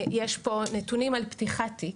יש פה נתונים על פתיחת תיק,